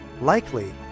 likely